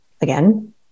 Again